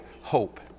hope